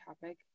topic